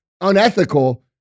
unethical